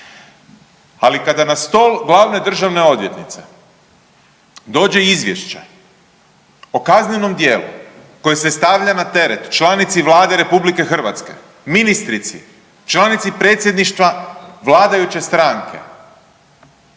Ali kada na stol glavne državne odvjetnice dođe izvješće o kaznenom djelu koje se stavlja na teret članici Vlade RH, ministrici, članici predsjedništva vladajuće stranke